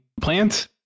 plant